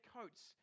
coats